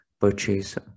purchase